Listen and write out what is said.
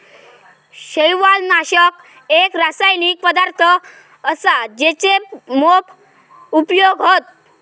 शैवालनाशक एक रासायनिक पदार्थ असा जेचे मोप उपयोग हत